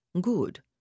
Good